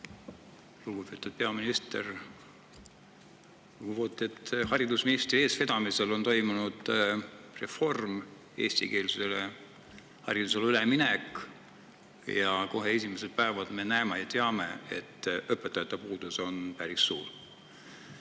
Lugupeetud peaminister! Haridusministri eestvedamisel on toimunud reform, eestikeelsele haridusele üleminek. Ja kohe esimestel päevadel me näeme ja teame, et õpetajate puudus on päris suur.